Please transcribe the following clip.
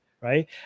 right